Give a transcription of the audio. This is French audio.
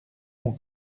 ont